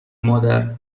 مادر